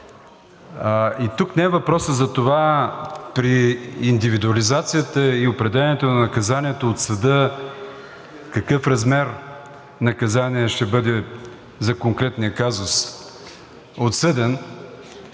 Тук не е въпросът за това при индивидуализацията и определянето на наказанието от съда какъв размер наказание ще бъде отсъден за конкретния казус,